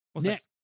next